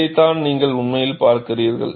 இதைத்தான் நீங்கள் உண்மையில் பார்க்கிறீர்கள்